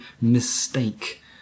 mistake